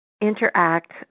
interact